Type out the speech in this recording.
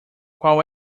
qual